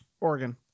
Oregon